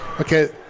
okay